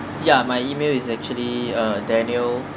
ya my email is actually uh daniel